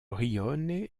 rione